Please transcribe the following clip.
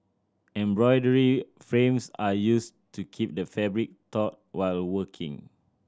embroidery frames are used to keep the fabric taut while working